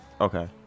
Okay